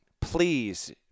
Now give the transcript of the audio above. please